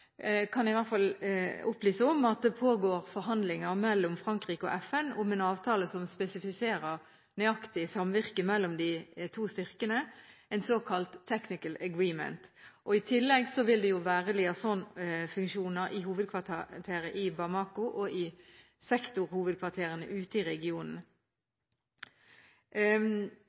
kan i hvert fall opplyse om at det pågår forhandlinger mellom Frankrike og FN om en avtale som spesifiserer nøyaktig samvirke mellom de to styrkene, en såkalt Technical Agreement. I tillegg vil det være liaisonfunksjoner i hovedkvarteret i Bamako og i sektorhovedkvarterene ute i regionen.